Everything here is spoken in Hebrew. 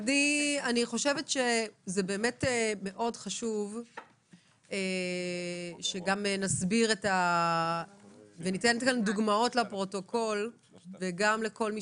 אני חושבת שזה מאוד חשוב שגם נסביר וניתן דוגמאות לפרוטוקול ולכל מי